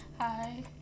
Hi